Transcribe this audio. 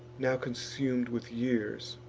now consum'd with years.